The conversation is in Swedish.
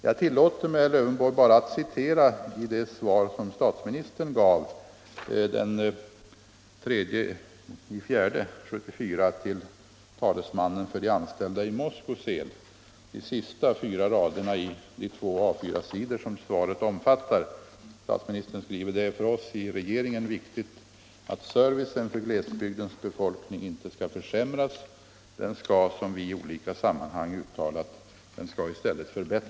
Jag tillåter mig att citera ur det brev som statsministern den 3 april 1974 skrev till talesmannen för de anställda i Moskosel. De sista fyra raderna i brevet, som omfattade två A 4-sidor, löd: ”Det är för oss i regeringen viktigt att servicen för glesbygdens befolkning inte skall försämras. Den skall, som vi i olika sammanhang uttalat, förbätt